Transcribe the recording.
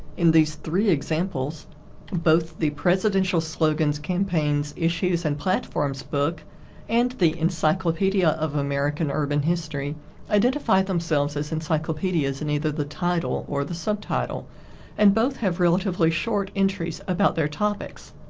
in these three examples both the presidential slogans, campaigns, issues and platforms book and the encyclopedia of american urban history identify themselves as encyclopedias in either the title or the subtitle and both have relatively short entries about their topics.